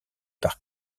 par